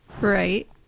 Right